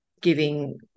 giving